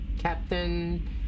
Captain